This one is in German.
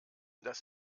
das